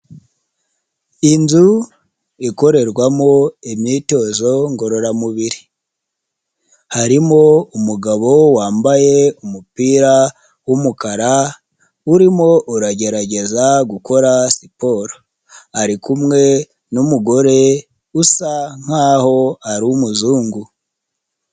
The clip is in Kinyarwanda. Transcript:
Inzu ikorerwamo imyitozo ngororamubiri . Harimo umugabo wambaye umupira w'umukara , arimo aragerageza gukora siporo. Ari kumwe n'umugore usa nk'aho ari umuzungu.